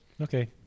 Okay